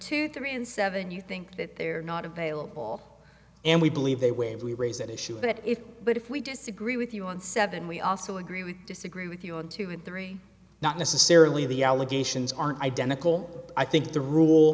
two three and seven you think that they are not available and we believe they when we raise that issue that if but if we disagree with you on seven we also agree we disagree with you on two and three not necessarily the allegations aren't identical i think the rule